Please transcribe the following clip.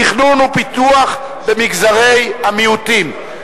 תכנון ופיתוח במגזרי המיעוטים.